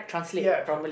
ya the